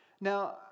Now